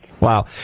Wow